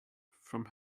from